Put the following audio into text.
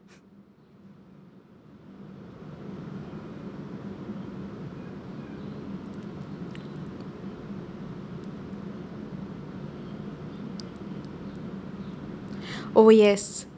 oh yes